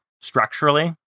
structurally